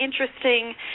interesting